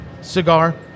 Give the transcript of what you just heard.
cigar